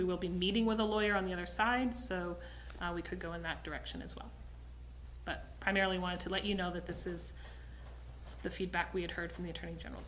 we will be meeting with a lawyer on the other side so we could go in that direction as well but primarily wanted to let you know that this is the feedback we had heard from the attorney general